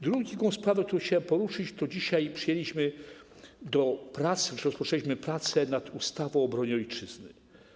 Drugą sprawą, którą chciałem poruszyć, jest to, że dzisiaj przyjęliśmy do prac, rozpoczęliśmy pracę nad ustawą o obronie Ojczyzny.